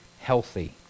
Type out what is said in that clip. healthy